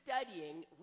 studying